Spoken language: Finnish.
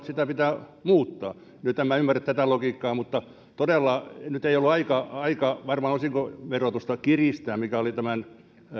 sitä pitää muuttaa nyt en minä ymmärrä tätä logiikkaa mutta todella nyt ei ollut aika aika osinkoverotusta kiristää mikä oli tämän